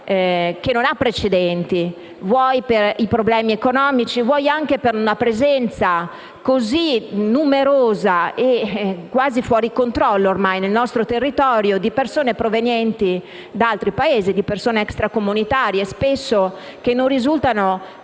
che non ha precedenti, vuoi per problemi economici, vuoi anche per una presenza così numerosa e quasi fuori controllo, ormai, sul nostro territorio di persone provenienti da altri Paesi, extracomunitarie, che spesso non risultano